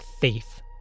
thief